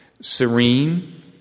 serene